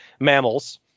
mammals